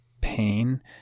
pain